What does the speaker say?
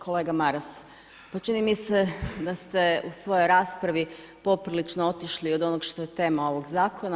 Kolega Maras, pa čini mi se da ste u svojoj raspravi poprilično otišli od onoga što je tema ovoga zakona.